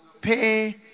pay